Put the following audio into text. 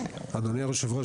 אדוני היושב-ראש,